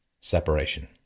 separation